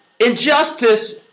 injustice